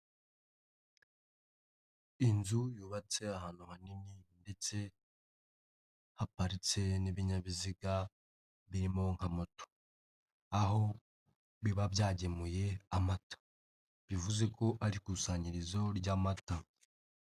Inzu yubatse ahantu hanini ndetse haparitse n'ibinyabiziga, birimo nka moto. Aho biba byagemuye amata . Bivuze ko ari ikusanyirizo ry'amata.